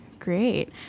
great